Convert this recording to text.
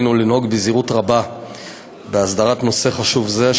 עלינו לנהוג בזהירות רבה בהסדרת נושא חשוב זה,